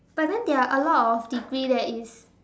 but then there are a lot degree that you